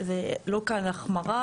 אז זה, זה לא כאן החמרה.